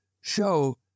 show